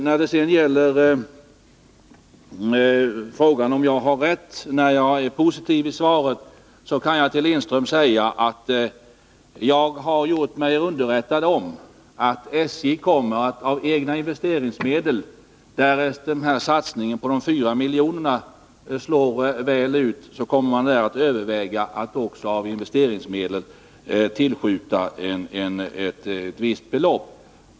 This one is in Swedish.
När det sedan gäller frågan om jag har rätt när jag är positiv i svaret kan jag till Ralf Lindström säga att jag har gjort mig underrättad om att SJ, därest satsningen av nämnda 4 milj.kr. slår väl ut, kommer att överväga att också av investeringsmedel tillskjuta ett visst belopp.